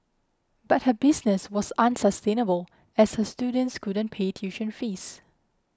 but her business was unsustainable as her students couldn't pay tuition fees